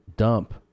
dump